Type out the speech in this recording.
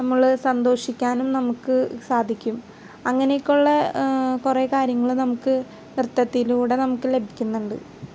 നമ്മള് സന്തോഷിക്കാനും നമുക്ക് സാധിക്കും അങ്ങനെ ഒക്കെ ഉള്ള കുറെ കാര്യങ്ങള് നമുക്ക് നൃത്തത്തിലൂടെ നമുക്ക് ലഭിക്കുന്നുണ്ട്